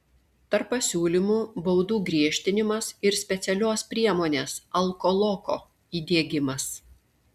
tarp pasiūlymų baudų griežtinimas ir specialios priemonės alkoloko įdiegimas